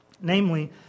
Namely